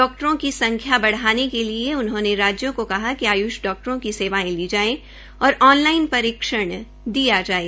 डाक्टरों की संख्या बढ़ाने के लिए उन्होंने राज्यों को कहा कि आय्ष डॉक्टरों की सेवायें ली जाये और ऑन लाइन प्रशिक्षण दिया जाये